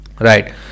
right